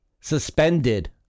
suspended